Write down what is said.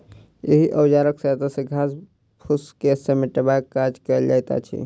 एहि औजारक सहायता सॅ घास फूस के समेटबाक काज कयल जाइत अछि